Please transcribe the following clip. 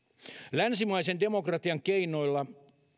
länsimaisen demokratian keinoilla